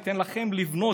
ניתן לכם לבנות,